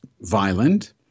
violent